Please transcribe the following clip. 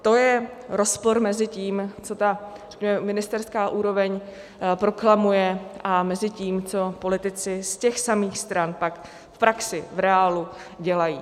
To je rozpor mezi tím, co ta ministerská úroveň proklamuje, a tím, co politici z těch samých stran pak v praxi v reálu dělají.